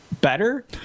better